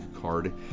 card